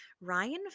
Ryan